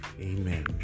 amen